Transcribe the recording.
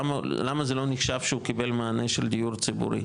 למה זה לא נחשב שהוא קיבל מענה של דיור ציבורי?